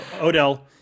Odell